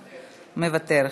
מוותר,